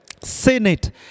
Senate